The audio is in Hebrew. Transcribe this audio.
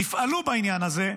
תפעלו בעניין הזה.